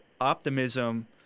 optimism